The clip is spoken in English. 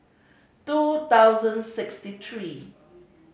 two thousand sixty three